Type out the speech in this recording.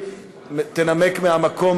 חבר הכנסת אורן